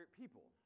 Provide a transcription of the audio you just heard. people